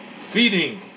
feeding